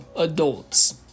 Adults